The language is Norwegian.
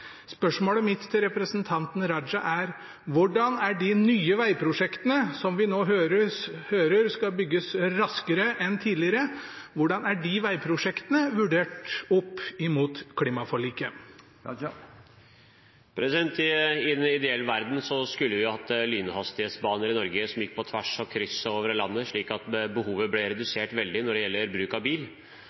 Spørsmålet mitt til representanten Raja er: Hvordan er de nye vegprosjektene, som vi nå hører skal bygges raskere enn tidligere, vurdert opp mot klimaforliket? I en ideell verden skulle vi hatt høyhastighetsbaner i Norge som gikk på kryss og tvers over landet, slik at behovet for bruk av bil